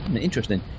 interesting